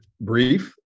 brief